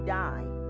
die